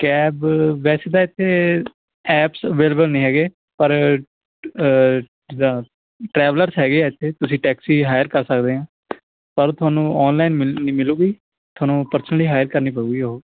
cab ਵੈਸੇ ਤਾਂ ਇੱਥੇ ਐਪਸ ਅਵੇਲੇਬਲ ਨਹੀਂ ਹੈਗੇ ਪਰ ਜਿੱਦਾਂ ਟਰੈਵਲਰਸ ਹੈਗੇ ਆ ਇੱਥੇ ਤੁਸੀਂ ਟੈਕਸੀ ਹਾਇਰ ਕਰ ਸਕਦੇ ਹਾਂ ਪਰ ਤੁਹਾਨੂੰ ਆਨਲਾਈਨ ਮਿਲ ਨਹੀਂ ਮਿਲੂਗੀ ਤੁਹਾਨੂੰ ਪਰਸਨਲੀ ਹਾਇਰ ਕਰਨੀ ਪਊਗੀ ਉਹ